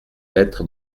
lettre